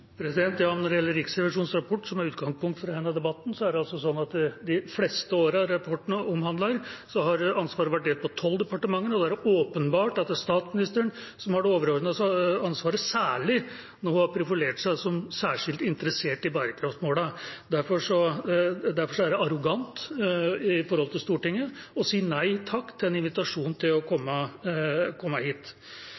Når det gjelder Riksrevisjonens rapport, som er utgangspunkt for denne debatten, er det sånn at de fleste årene rapporten omhandler, har ansvaret vært delt på 12 departementer. Da er det åpenbart at det er statsministeren som har det overordnede ansvaret, særlig når hun har profilert seg som særskilt interessert i bærekraftsmålene. Derfor er det arrogant overfor Stortinget å si nei takk til en invitasjon til å